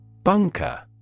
Bunker